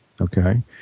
Okay